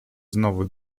znowu